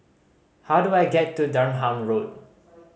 how do I get to Durham Road